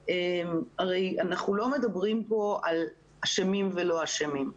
הרי אנחנו לא מדברים פה על אשמים ולא אשמים.